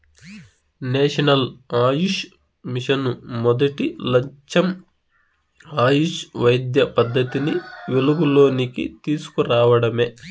national Ayush mission మొదటి లచ్చెం ఆయుష్ వైద్య పద్దతిని వెలుగులోనికి తీస్కు రావడమే